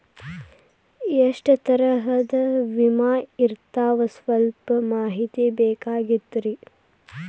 ಎಷ್ಟ ತರಹದ ವಿಮಾ ಇರ್ತಾವ ಸಲ್ಪ ಮಾಹಿತಿ ಬೇಕಾಗಿತ್ರಿ